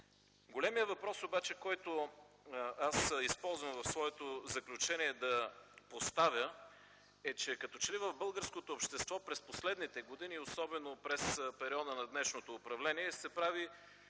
Големият въпрос обаче, който аз използвам в своето заключение да поставя, е, че като че ли в българското общество през последните години и особено през периода на днешното управление се прави